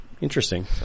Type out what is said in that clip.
Interesting